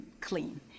clean